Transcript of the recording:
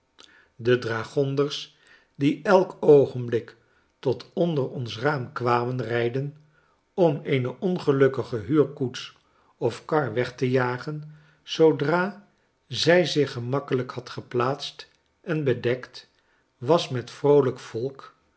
de dragonders die elk oogenblik tot onder ons raam kwamen rijden om eene ongelukkige huurkoets of kar weg te jagen zoodra zij zich gemakkelijk had geplaatst en bedekt was met vroolijk volk